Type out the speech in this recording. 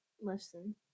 lesson